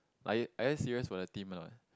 are you are you serious for the team or not